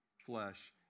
flesh